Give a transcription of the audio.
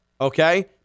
okay